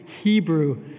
Hebrew